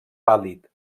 pàl·lid